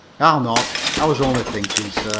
i'll not. i was only thinking, sir.